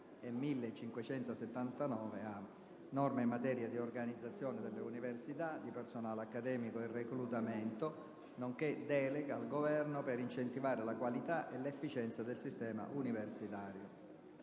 1905, «Norme in materia di organizzazione delle Università, di personale accademico e reclutamento, nonché delega al Governo per incentivare la qualità e l'efficienza del sistema universitario»,